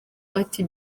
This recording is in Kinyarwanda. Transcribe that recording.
ati